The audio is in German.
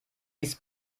ist